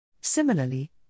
Similarly